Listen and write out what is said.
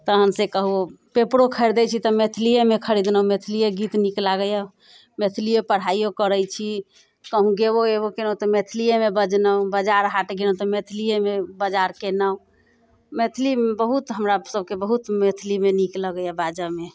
तहन से कहुँ पेपरो खरीदै छी तऽ मैथिलिएमे खरीदलहुँ मैथिलिए गीत नीक लागैए मैथिलिए पढ़ाइओ करै छी कहुँ गेबो एबो केलहुँ तऽ मैथिलिएमे बजलहुँ बजार हाट गेलहुँ तऽ मैथिलिएमे बजार केलहुँ मैथिलीमे बहुत हमरासबके बहुत मैथिलीमे नीक लगैए बाजऽमे